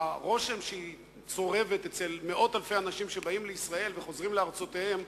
הרושם שהיא צורבת אצל מאות אלפי אנשים שבאים לישראל וחוזרים לארצותיהם,